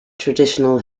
traditional